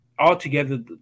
Altogether